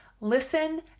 listen